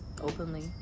openly